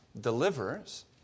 delivers